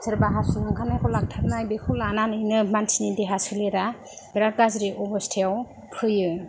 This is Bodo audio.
सोरबा हासुनो ओंखारनायखौ लाथाबनाय बेखौ लानानैनो मानसिनि देहा सोलेरा बिराथ गाज्रि अबस्थायाव फैयो